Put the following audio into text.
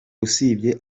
usibye